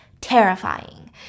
terrifying